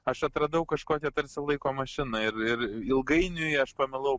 aš atradau kažkokią tarsi laiko mašiną ir ir ilgainiui aš pamilau